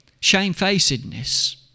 shamefacedness